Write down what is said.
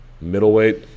middleweight